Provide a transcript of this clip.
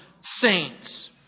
saints